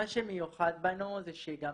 מה שמיוחד בנו זה שגם